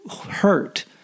hurt